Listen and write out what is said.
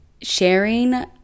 Sharing